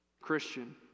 Christian